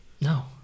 No